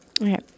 okay